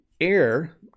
air